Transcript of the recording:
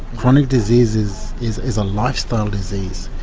chronic diseases is is a lifestyle disease,